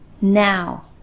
now